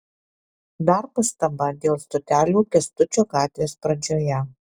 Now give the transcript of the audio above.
dar pastaba dėl stotelių kęstučio gatvės pradžioje